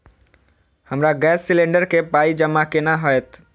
हमरा gas cylinder केँ पाई जमा केना हएत?